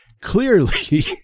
clearly